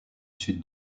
sud